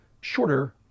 shorter